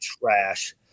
trash